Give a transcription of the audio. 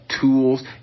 Tools